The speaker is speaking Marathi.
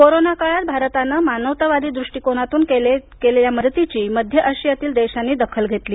कोरोना काळात भारतानं मानवतावादी दृष्टीकोनातून केलेल्या मदतीची मध्य आशियातील देशांनी दखल घेतली